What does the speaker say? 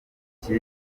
buki